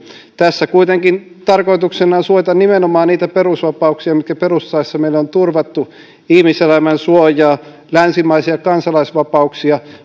tässä kuitenkin tarkoituksena on suojata nimenomaan niitä perusvapauksia mitkä perustuslaissa meille on turvattu ihmiselämän suojaa länsimaisia kansalaisvapauksia